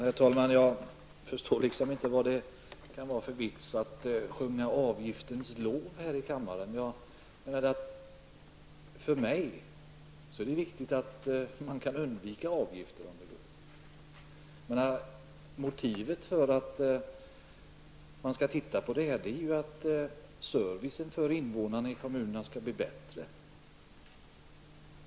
Herr talman! Jag förstår inte vad det kan vara för vits med att sjunga avgiftens lov här i kammaren. För mig är det viktigt att undvika avgifter, om det går. Motivet för att utreda detta är att servicen för invånarna i kommunerna skall bli bättre.